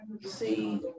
See